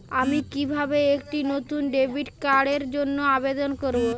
আমি কিভাবে একটি নতুন ডেবিট কার্ডের জন্য আবেদন করব?